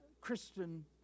Christian